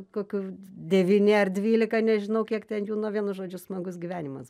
kokių devyni ar dvylika nežinau kiek ten jų nuo vienu žodžiu smagus gyvenimas